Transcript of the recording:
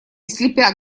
слепя